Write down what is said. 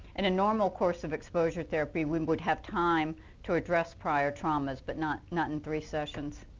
in a normal course of exposure therapy we would have time to address prior traumas but not not in three sessions.